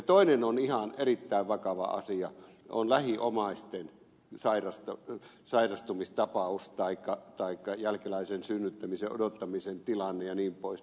toinen on erittäin vakava asia lähiomaisen sairastumistapaus taikka jälkeläisen synnyttämisen odottamisen tilanne jnp